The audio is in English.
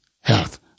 health